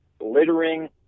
littering